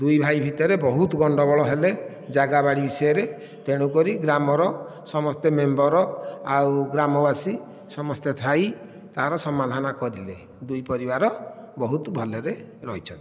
ଦୁଇ ଭାଇ ଭିତରେ ବହୁତ ଗଣ୍ଡଗୋଳ ହେଲେ ଜାଗା ବାଡ଼ି ବିଷୟରେ ତେଣୁକରି ଗ୍ରାମର ସମସ୍ତେ ମେମ୍ବର ଆଉ ଗ୍ରାମବାସୀ ସମସ୍ତେ ଥାଇ ତା'ର ସମାଧାନ କରିଲେ ଦୁଇ ପରିବାର ବହୁତ ଭଲରେ ରହିଛନ୍ତି